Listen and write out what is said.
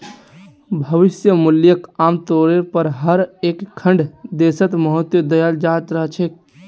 भविष्य मूल्यक आमतौरेर पर हर एकखन देशत महत्व दयाल जा त रह छेक